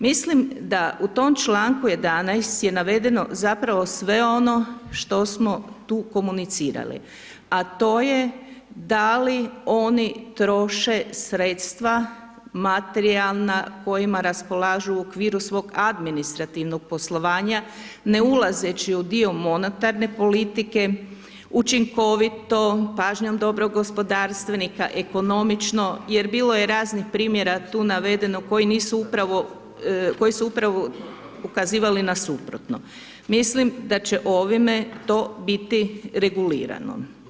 Mislim da u tom čl. 11 je navedeno zapravo sve ono što smo tu komunicirali, a to je da li oni troše sredstva materijalna kojima raspolažu u okviru svog administrativnog poslovanja, ne ulazeći u dio monetarne politike, učinkovito, pažnjom dobrog gospodarstvenika, ekonomično jer bilo je raznih primjera tu navedeno koji nisu upravo, koji su upravo Mislim da će ovime to biti regulirano.